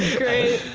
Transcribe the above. okay,